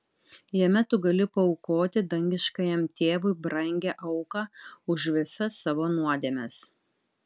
jame tu gali paaukoti dangiškajam tėvui brangią auką už visas savo nuodėmes